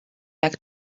back